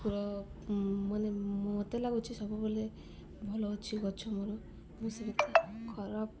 ପୁର ମାନେ ମୋତେ ଲାଗୁଛି ସବୁବେଲେ ଭଲ ଅଛି ଗଛ ମୋର ମୁଁ ସେ ଖରାପ